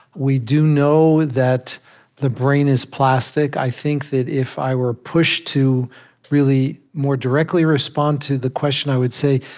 we do know that the brain is plastic. i think that if i were pushed to really more directly respond to the question, i would say,